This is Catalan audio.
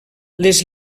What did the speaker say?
les